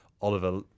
Oliver